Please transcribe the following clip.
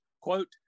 quote